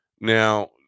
now